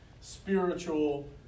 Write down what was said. spiritual